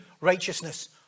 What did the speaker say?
righteousness